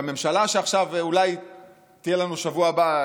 לממשלה שאולי תהיה לנו בשבוע הבא,